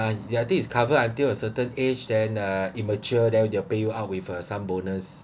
ya I think is cover until a certain age then uh in mature then they'll pay you out with uh some bonus